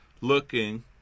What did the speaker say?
looking